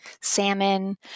salmon